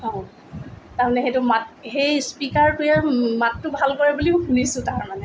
অঁ তাৰমানে সেইটো মাত সেই স্পিকাৰটোৱে মাতটো ভাল কৰে বুলিও শুনিছোঁ তাৰমানে